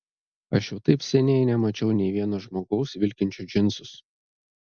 aš jau taip seniai nemačiau nei vieno žmogaus vilkinčio džinsus